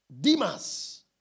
Demas